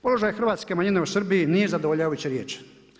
Položaj hrvatske manjine u Srbiji nije zadovoljavajuće riješen.